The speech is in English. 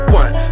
one